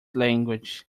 language